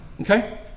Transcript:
Okay